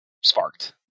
sparked